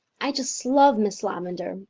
i just love miss lavendar.